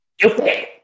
stupid